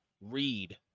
read